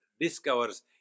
discovers